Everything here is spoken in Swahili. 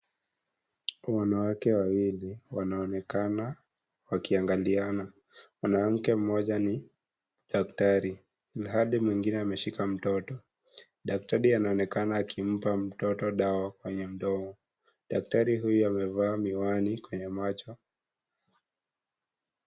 Wanawake wawili wanaonekana wakiangaliana. Mwanamke mmoja ni daktari ilhali mwingine ameshika mtoto. Daktari anaonekana akimpa mtoto dawa kwenye mdomo. Daktari huyo amevaa miwani kwenye macho.